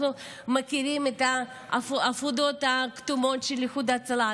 אנחנו מכירים את האפודים הכתומים של איחוד הצלה,